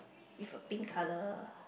with a pink colour